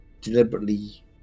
deliberately